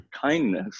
kindness